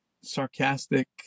sarcastic